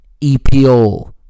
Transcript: EPO